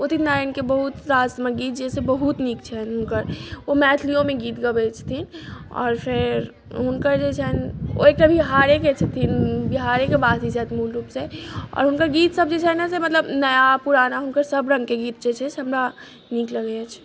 उदित नारायणके बहुत रासमे गीत जे बहुत नीक छनि हुनकर ओ मैथलियोमे गीत गबैत छथिन आओर फेर हुनकर जे छनि ओहो तऽ बिहारेके छथिन बिहारेके वासी छथि मूल रूप से आओर हुनकर गीत सब जे छनि ने से नया पुराना हुनकर सब रङ्गके गीत छै से हमरा नीक लगैत अछि